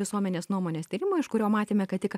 visuomenės nuomonės tyrimą iš kurio matėme kad tik